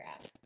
app